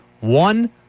One